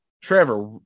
Trevor